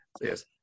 yes